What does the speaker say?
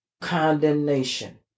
condemnation